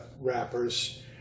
wrappers